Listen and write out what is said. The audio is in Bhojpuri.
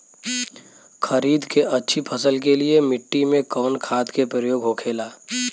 खरीद के अच्छी फसल के लिए मिट्टी में कवन खाद के प्रयोग होखेला?